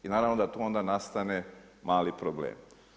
I naravno da onda nastane mali problem.